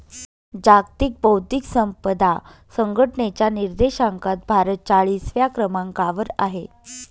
जागतिक बौद्धिक संपदा संघटनेच्या निर्देशांकात भारत चाळीसव्या क्रमांकावर आहे